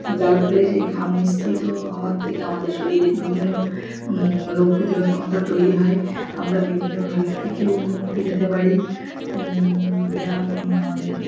যার ফলে সেই ঘাম নিঃসৃত হওয়ার থেকে আমাদের শরীরের বিভিন্ন রোগ প্রতিরোধ ক্ষমতা তৈরি হয় আমরা বিভিন্ন রোগ থেকেও মুক্তি পেতে পারি ব্যায়াম আমাদের